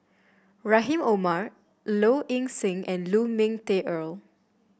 Rahim Omar Low Ing Sing and Lu Ming Teh Earl